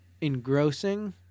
engrossing